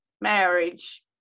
marriage